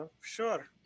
Sure